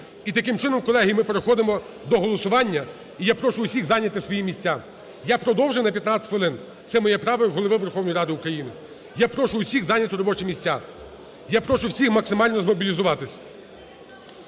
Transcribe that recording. І таким чином, колеги, ми переходимо до голосування, і я прошу всіх зайняти свої місця. Я продовжу на 15 хвилин, це моє право як Голови Верховної Ради України. Я прошу всіх зайняти робочі місця, я прошу всіх максимально змобілізуватись.